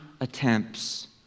attempts